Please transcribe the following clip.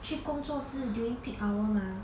去工作是 during peak hour mah